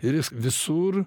ir jis visur